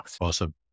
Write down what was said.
Awesome